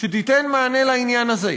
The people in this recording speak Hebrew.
שתיתן מענה לעניין הזה,